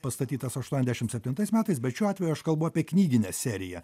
pastatytas aštuoniasdešimt septintais metais bet šiuo atveju aš kalbu apie knyginę seriją